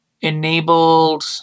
enabled